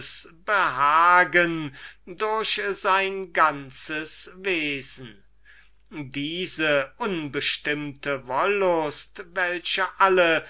empfindung durch sein ganzes wesen welche sich nicht beschreiben läßt die unbestimmte wollust welche alle